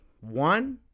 one